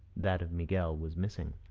that of miguel was missing.